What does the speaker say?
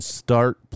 start